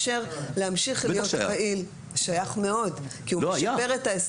להמשיך להיות פעיל כי הוא משפר את ההסדר.